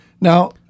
Now